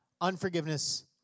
unforgiveness